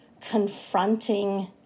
confronting